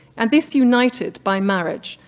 and this united, by marriage,